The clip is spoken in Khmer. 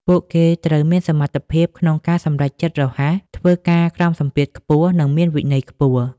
ពួកគេត្រូវមានសមត្ថភាពក្នុងការសម្រេចចិត្តរហ័ស ធ្វើការក្រោមសម្ពាធខ្ពស់ និងមានវិន័យខ្ពស់។